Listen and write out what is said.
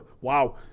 Wow